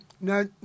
No